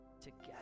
together